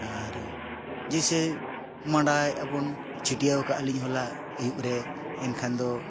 ᱟᱨ ᱡᱮᱥᱮ ᱢᱟᱰᱟᱭᱫᱟᱵᱚᱱ ᱪᱷᱟᱹᱴᱭᱟᱹᱣ ᱟᱠᱟᱫ ᱟᱹᱞᱤᱧ ᱦᱚᱞᱟ ᱟᱹᱭᱩᱵ ᱨᱮ ᱮᱱᱠᱷᱟᱱ ᱫᱚ